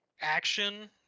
action